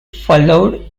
followed